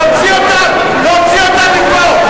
להוציא אותם, להוציא אותם מפה.